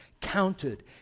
counted